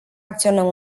acționăm